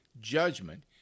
judgment